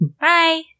Bye